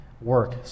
work